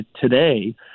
today